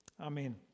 amen